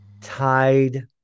tied